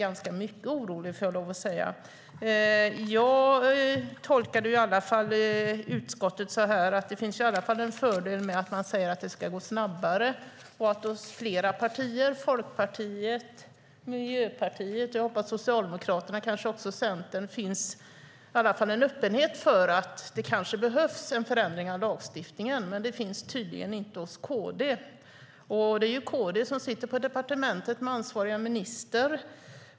Jag tolkade utskottet på det sättet att det i alla fall finns en fördel med att man säger att det ska gå snabbare. I flera partier - Folkpartiet, Miljöpartiet, kanske Socialdemokraterna, hoppas jag, och Centern - finns det i alla fall en öppenhet för att det kanske behövs en förändring av lagstiftningen. Men det finns tydligen inte hos KD. Det är KD som sitter på departementet med ansvarig minister.